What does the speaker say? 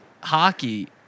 hockey